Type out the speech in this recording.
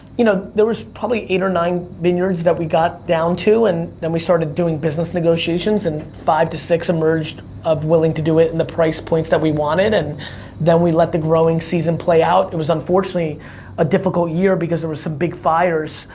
you know, there was probably eight or nine vineyards that we got down to, and then we started doing business negotiations, and five to six emerged of willing to do it in the price points that we wanted. and then we let the growing season play out. it was unfortunately a difficult year, because there was some big fires,